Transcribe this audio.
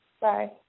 Bye